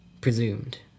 presumed